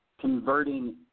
converting